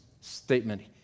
statement